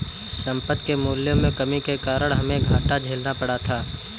संपत्ति के मूल्यों में कमी के कारण हमे घाटा झेलना पड़ा था